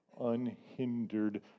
unhindered